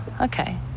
okay